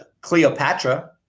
Cleopatra